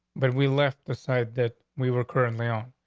but we left the side that we were currently on.